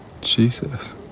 jesus